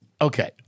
Okay